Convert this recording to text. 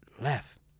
left